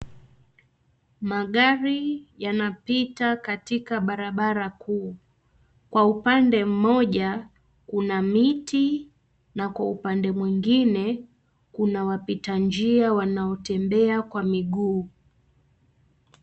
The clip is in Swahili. Magari yanapita katika barabara kuu. Kwa upande mmoja kuna miti, na kwa upande mwigine kuna wapita-njia wanatembea kwa miguu.